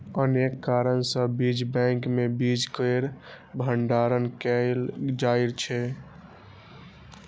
अनेक कारण सं बीज बैंक मे बीज केर भंडारण कैल जाइ छै